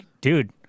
dude